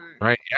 right